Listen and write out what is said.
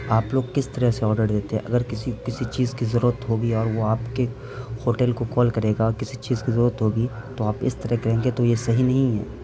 آپ لوگ کس طرح سے آڈر دیتے ہیں اگر کسی کسی چیز کی ضرورت ہوگی اور وہ آپ کے ہوٹل کو کال کرے گا کسی چیز کی ضرورت ہوگی تو آپ اس طرح کہیں گے تو یہ صحیح نہیں ہے